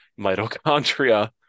mitochondria